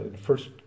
First